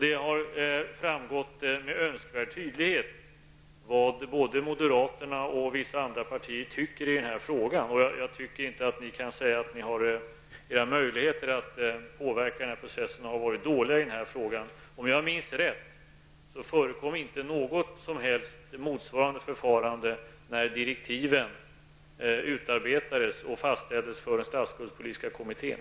Det har med önskvärd tydlighet framgått vad både moderaterna och vissa andra partier har för åsikter i den här frågan. Jag tycker inte att ni kan säga att era möjligheter att påverka denna process har varit dåliga. Om jag minns rätt, förekom inte något motsvarande förfarande när direktiven utarbetades och fastställdes för den statsskuldspolitiska kommittén.